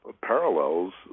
parallels